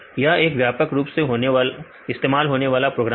यह एक व्यापक रूप से इस्तेमाल होने वाला प्रोग्राम है